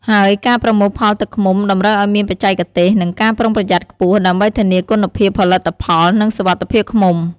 ហើយការប្រមូលផលទឹកឃ្មុំតម្រូវឲ្យមានបច្ចេកទេស និងការប្រុងប្រយ័ត្នខ្ពស់ ដើម្បីធានាគុណភាពផលិតផល និងសុវត្ថិភាពឃ្មុំ។